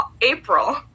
April